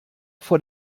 vor